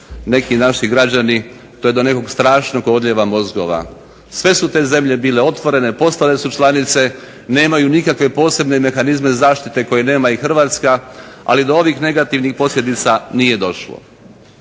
neki naši građani, do nekog strašnog odljeva mozgova. Sve su te zemlje bile otvorene, postale su članice, nemaju nikakve posebne mehanizme zaštite koje nema i Hrvatska, ali do ovih negativnih posljedica nije došlo.